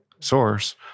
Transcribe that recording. source